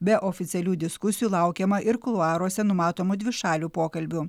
be oficialių diskusijų laukiama ir kuluaruose numatomų dvišalių pokalbių